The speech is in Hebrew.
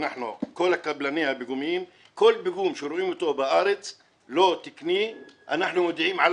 כל קבלני הפיגומים כל פיגום לא תקני שרואים אותו בארץ,